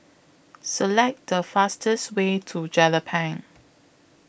Select The fastest Way to Jelapang